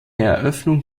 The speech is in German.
eröffnung